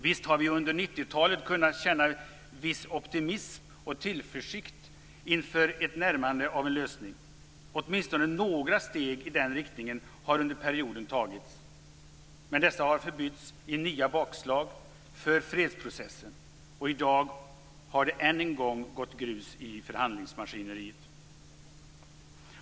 Visst har vi under 90-talet kunnat känna viss optimism och tillförsikt inför ett närmande av en lösning. Åtminstone några steg i den riktningen har under perioden tagits. Men dessa har förbytts i nya bakslag för fredsprocessen. Och i dag har det än en gång gått grus i förhandlingsmaskineriet.